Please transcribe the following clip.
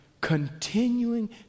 Continuing